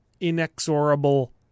inexorable